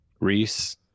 Reese